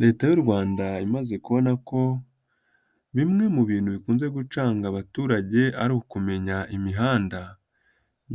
Leta y'u Rwanda imaze kubona ko bimwe mu bintu bikunze gucanga abaturage ari ukumenya imihanda,